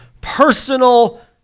personal